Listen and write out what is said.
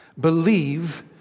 believe